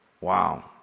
Wow